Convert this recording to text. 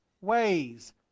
ways